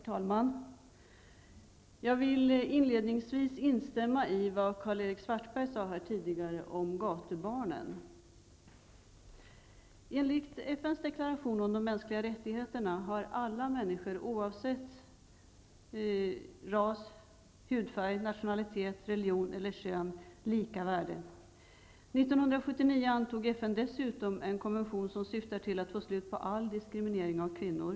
Herr talman! Jag vill inledningsvis instämma i det som Karl-Erik Svartberg tidigare här sade om gatubarnen. Enligt FN:s deklaration om de mänskliga rättigheterna har alla människor lika värde, oavsett ras, hudfärg, nationalitet, religion eller kön. År 1979 antog FN dessutom en konvention som syftar till att få slut på all diskriminering av kvinnor.